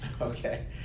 Okay